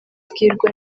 abwirwa